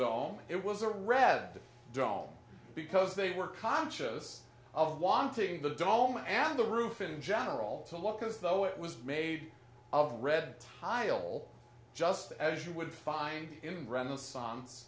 dome it was a red dome because they were conscious of wanting the dome and the roof in general to look as though it was made of red tile just as you would find in renaissance